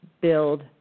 build